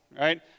right